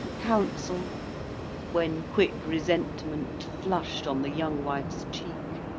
counsel when quick resentment flush'd on the young wife's cheek.